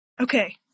Okay